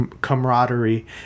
camaraderie